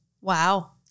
Wow